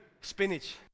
spinach